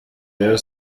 rayon